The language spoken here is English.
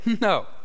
no